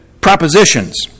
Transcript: propositions